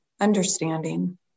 Understanding